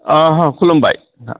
औ खुलुमबाय